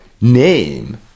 name